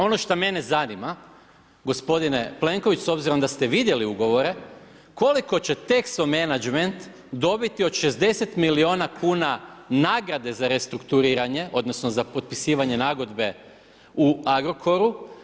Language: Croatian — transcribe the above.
Ono šta mene zanima gospodine Plenković s obzirom da ste vidjeli ugovore, koliko će Texo Menagment dobiti od 60 milijuna kuna nagrade za restrukturiranje odnosno za potpisivanje nagodbe u Agrokoru?